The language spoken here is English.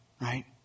right